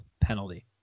penalty